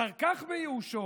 אחר כך, בייאושו,